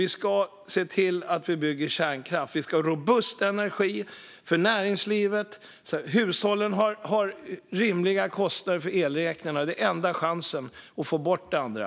Vi ska se till att vi bygger kärnkraft. Vi ska ha robust energi för näringslivet så att hushållen har rimliga kostnader för elräkningarna. Det är enda chansen att få bort det andra.